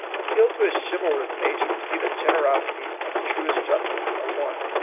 appeal to his chivalrous nature to see that generosity and the truest justice are one.